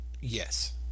Yes